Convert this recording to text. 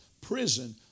prison